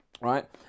right